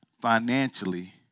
financially